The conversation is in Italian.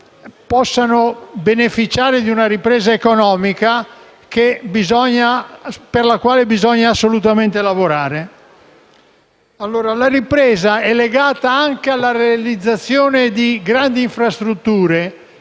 possano beneficiare di una ripresa economica per la quale bisogna assolutamente impegnarsi. La ripresa è legata anche alla realizzazione di grandi infrastrutture